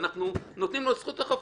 אנחנו נותנים לו את זכות החפות,